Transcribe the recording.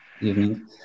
evening